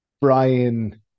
Brian